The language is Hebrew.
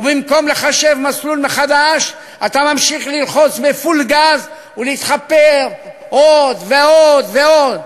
ובמקום לחשב מסלול מחדש אתה ממשיך ללחוץ בפול גז ולהתחפר עוד ועוד ועוד,